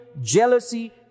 jealousy